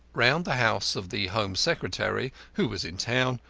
round the house of the home secretary, who was in town,